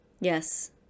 Yes